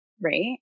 right